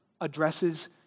addresses